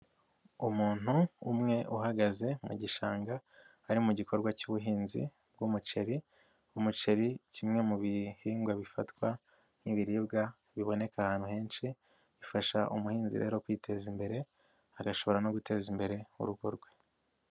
Umuntu umwe uhagaze mu gishanga ari mu gikorwa cy'ubuhinzi bw'umuceri, umuceri kimwe mu bihingwa bifatwa nk'ibiribwa biboneka ahantu henshi bifasha umuhinzi rero kwiteza imbere agashobora no guteza imbere urugo rwe.